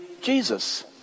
Jesus